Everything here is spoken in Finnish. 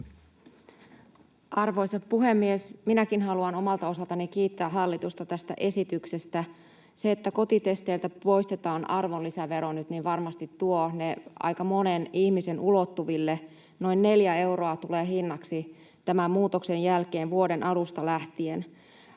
Arvoisa puhemies! Minäkin haluan omalta osaltani kiittää hallitusta tästä esityksestä. Se, että kotitesteiltä poistetaan arvonlisävero nyt, varmasti tuo ne aika monen ihmisen ulottuville. Noin neljä euroa tulee hinnaksi tämän muutoksen jälkeen vuoden alusta lähtien.